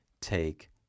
take